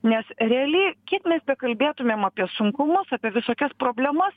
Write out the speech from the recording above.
nes realiai kiek mes bekalbėtumėm apie sunkumus apie visokias problemas